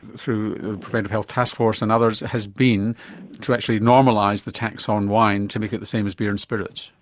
through the preventative kind of health task force and others, has been to actually normalise the tax on wine to make it the same as beer and spirits.